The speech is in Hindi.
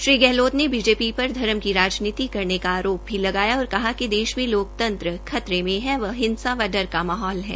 श्री गहलोत ने बीजीपी पर धर्म की राजनीति करने का आरोप भी लगाया और कहा कि देश में लोकतंत्र खतरे मे है एवं हिंसा व डर का माहौल है